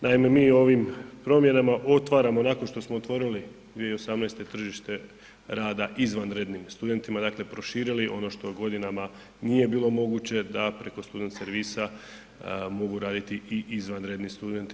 Naime, mi ovim promjenama otvaramo, nakon što smo otvorili 2018. tržište rada izvanrednim studentima, dakle proširili ono što godinama nije bilo moguće, da preko student servisa mogu raditi i izvanredni studenti.